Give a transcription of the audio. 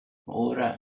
ora